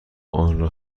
آنرا